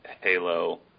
Halo